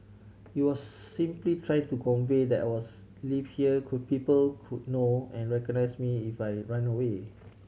you're simply trying to convey that was lived here could people could know and recognise me if I raned away